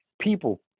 People